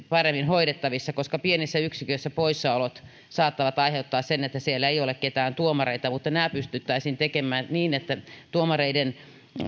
paremmin hoidettavissa koska pienissä yksiköissä poissaolot saattavat aiheuttaa sen että siellä ei ole ketään tuomareita tämä pystyttäisiin tekemään niin että tuomareiden